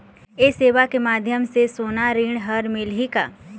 ये सेवा के माध्यम से सोना ऋण हर मिलही का?